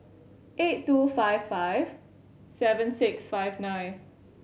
eight two five five seven six five nine